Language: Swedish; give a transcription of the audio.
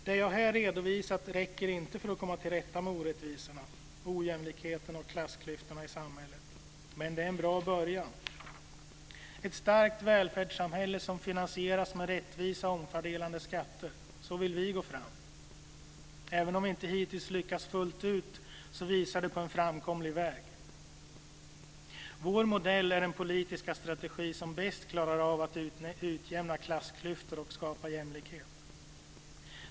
Det jag här har redovisat räcker inte för att komma till rätta med orättvisorna, ojämlikheterna och klassklyftorna i samhället. Men det är en bra början. Ett starkt välfärdssamhälle som finansieras med rättvisa, omfördelande skatter - så vill vi gå fram. Även om vi inte hittills har lyckats fullt ut visar detta på en framkomlig väg. Vår modell är den politiska strategi som bäst klarar av att utjämna klassklyftor och skapa jämlikhet.